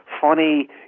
funny